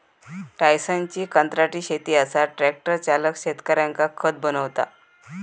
टायसनची कंत्राटी शेती असा ट्रॅक्टर चालक शेतकऱ्यांका खत बनवता